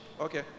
Okay